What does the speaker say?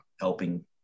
helping